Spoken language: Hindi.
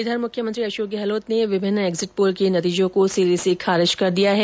इधर मुख्यमंत्री अशोक गहलोत ने विभिन्न एग्जिट पोल के नतीजों को सिरे से खारिज कर दिया है